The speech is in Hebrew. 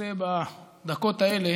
רוצה בדקות האלה